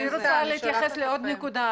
אני רוצה להתייחס לעוד נקודה.